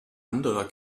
anderer